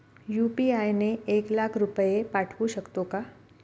UPI ने एक लाख रुपये पाठवू शकतो का?